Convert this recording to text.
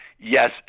Yes